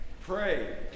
pray